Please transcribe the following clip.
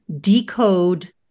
decode